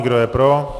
Kdo je pro?